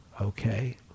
Okay